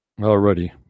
alrighty